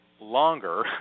longer